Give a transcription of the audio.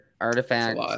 artifact